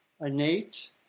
innate